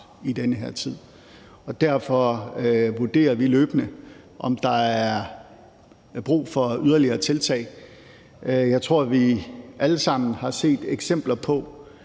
i den her tid, og derfor vurderer vi løbende, om der er brug for yderligere tiltag. Jeg tror, vi alle sammen har set eksempler på